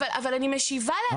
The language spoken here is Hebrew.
אבל אני משיבה לאדוני.